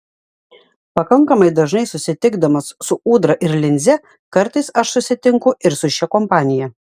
pakankamai dažnai susitikdamas su ūdra ir linze kartais aš susitinku ir su šia kompanija